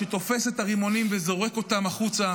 שתופס את הרימונים וזורק אותם החוצה